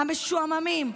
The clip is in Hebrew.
המשועממים,